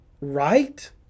right